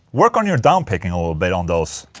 work on your downpicking a little bit on those